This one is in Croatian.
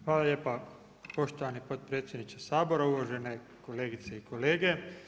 Hvala lijepa poštovani potpredsjedniče Sabora, uvažene kolegice i kolege.